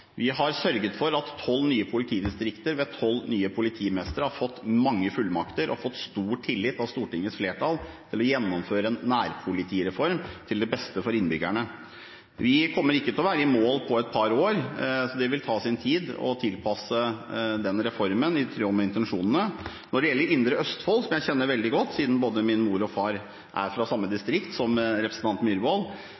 Vi har sørget for at tolv nye politidistrikt, ved tolv nye politimestre, har fått mange fullmakter og har fått stor tillit av Stortingets flertall til å gjennomføre en nærpolitireform til det beste for innbyggerne. Vi kommer ikke til å være i mål på et par år. Det vil ta sin tid å tilpasse den reformen i tråd med intensjonene. Når det gjelder Indre Østfold, som jeg kjenner veldig godt, siden både min mor og far er fra samme